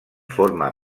forma